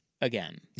again